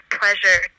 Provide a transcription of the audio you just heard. pleasure